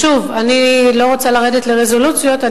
שוב, אני לא רוצה לרדת לרזולוציות.